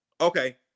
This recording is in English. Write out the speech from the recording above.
Okay